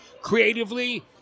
creatively